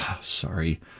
Sorry